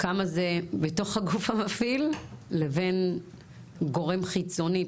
כמה זה בתוך הגוף המפעיל לבין גורם חיצוני,